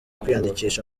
kwiyandikisha